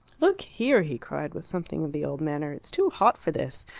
look here! he cried, with something of the old manner, it's too hot for this.